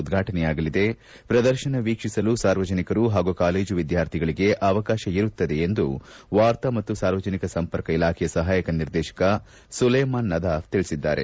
ಉದ್ವಾಟನೆಯಾಗಲಿದೆ ಪ್ರದರ್ಶನ ವೀಕ್ಷಿಸಲು ಸಾರ್ವಜನಿಕರು ಹಾಗೂ ಕಾಲೇಜು ವಿದ್ಯಾರ್ಥಿಗಳಿಗೆ ಅವಕಾಶ ಇರುತ್ತದೆ ಎಂದು ವಾರ್ತಾ ಮತ್ತು ಸಾರ್ವಜನಿಕ ಸಂಪರ್ಕ ಇಲಾಖೆ ಸಹಾಯಕ ನಿರ್ದೇಶಕ ಸುಲೇಮಾನ ನದಾಫ್ ತಿಳಿಸಿದ್ದಾರೆ